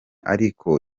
ariko